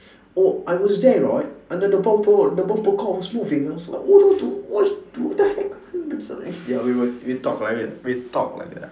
oh I was there right and then the bumper the bumper car was moving I was like what are those what the the heck man it's like ya we were we talk like that we talk like that